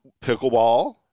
pickleball